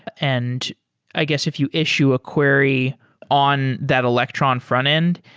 and i guess if you issue a query on that electron frontend,